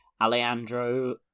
Alejandro